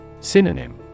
Synonym